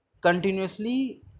continuously